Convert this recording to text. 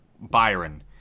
Byron